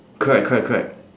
correct correct correct